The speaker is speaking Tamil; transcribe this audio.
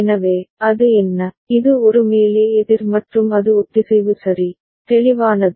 எனவே அது என்ன இது ஒரு மேலே எதிர் மற்றும் அது ஒத்திசைவு சரி தெளிவானது